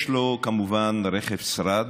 יש לו כמובן רכב שרד.